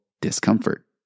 discomfort